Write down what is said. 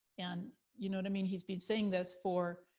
and you know what i mean, he's been saying this for